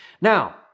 Now